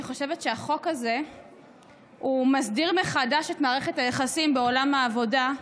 אני חושבת שהחוק הזה מסדיר מחדש את מערכת היחסים בעולם העבודה,